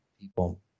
people